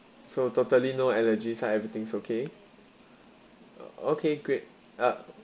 so totally no allergies ah everything's okay okay great uh